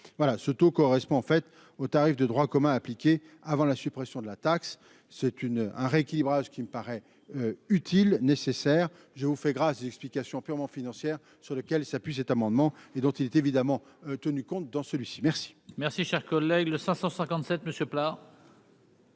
ce taux correspond en fait au tarif de droit commun à appliquer avant la suppression de la taxe, c'est une un rééquilibrage qui me paraît utile, nécessaire, je vous fais grâce explication purement financière, sur lequel s'appuie cet amendement et dont il est évidemment tenu compte dans celui-ci, merci.